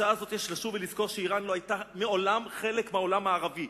בשעה זו יש לשוב ולזכור שאירן לא היתה מעולם חלק מהעולם הערבי.